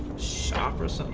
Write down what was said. shoppers,